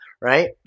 right